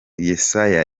yesaya